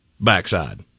backside